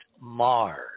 Mars